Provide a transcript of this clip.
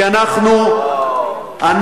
לי